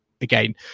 again